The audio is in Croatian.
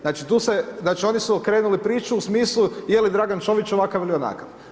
Znači tu se, znači oni su okrenuli priču u smislu je li Dragan Čović ovakav ili onakav.